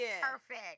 perfect